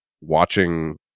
watching